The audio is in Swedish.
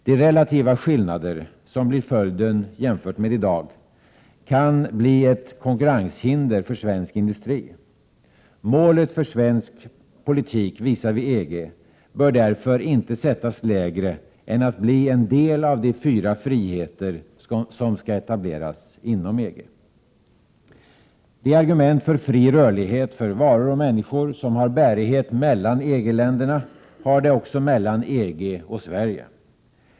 De relativa skillnader som blir följden jämfört med i dag kan bli ett konkurrenshinder för svensk industri. Målet för svensk politik visavi EG bör därför inte sättas lägre än att vårt land skall bli en del av de fyra friheter som skall etableras inom EG. De argument för fri rörlighet för varor och människor som har bärighet mellan EG-länderna har det också mellan EG och Sverige.